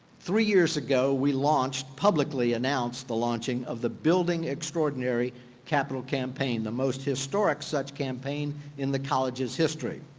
three years ago we launched, publicly announced the launching of the building extraordinary capital campaign. the most historic such campaign in the college's history.